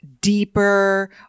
deeper